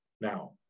Now